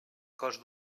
cos